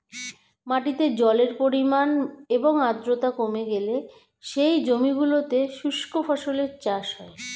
মাটিতে জলের পরিমাণ এবং আর্দ্রতা কমে গেলে সেই জমিগুলোতে শুষ্ক ফসলের চাষ হয়